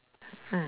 mm